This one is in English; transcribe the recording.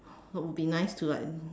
it would be nice to like